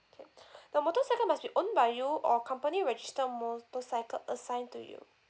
okay the motorcycle must be owned by you or company registered motorcycle assigned to you